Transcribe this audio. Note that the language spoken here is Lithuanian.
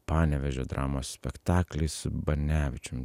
panevėžio dramos spektaklį su banevičium